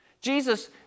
Jesus